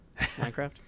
Minecraft